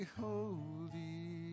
holy